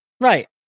Right